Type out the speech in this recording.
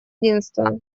единства